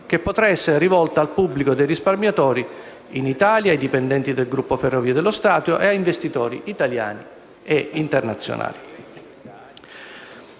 che potrà essere rivolta al pubblico dei risparmiatori in Italia, ai dipendenti del gruppo Ferrovie dello Stato italiane e a investitori italiani e internazionali.